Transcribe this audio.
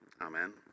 Amen